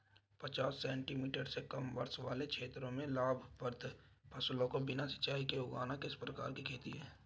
पचास सेंटीमीटर से कम वर्षा वाले क्षेत्रों में लाभप्रद फसलों को बिना सिंचाई के उगाना किस प्रकार की खेती है?